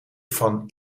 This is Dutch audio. van